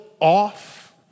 off